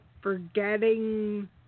Forgetting